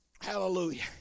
Hallelujah